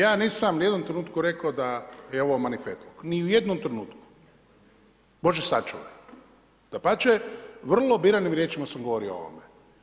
Ja nisam ni u jednom trenutku rekao da je ovo manifetluk, ni u jednom trenutku, Bože sačuvaj, dapače vrlo biranim riječima sam govorio o ovome.